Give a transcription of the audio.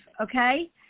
Okay